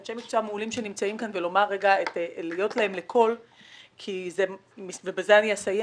אנשי מקצוע מעולים שנמצאים כאן ולהיות להם לקול ובזה אני אסיים.